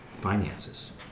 finances